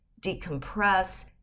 decompress